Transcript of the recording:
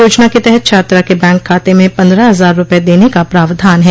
योजना के तहत छात्रा के बैंक खाते में पन्द्रह हजार रूपये देने का प्रावधान है